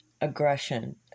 aggression